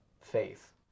faith